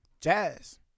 Jazz